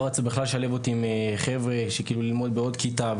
לא רצו בכלל לשלב אותי ללמוד בעוד כיתה,